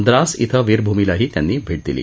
द्रास इथं वीरभूमीलाही त्यांनी भेट दिली